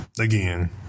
again